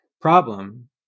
problem